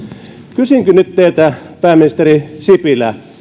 kysynkin nyt teiltä pääministeri sipilä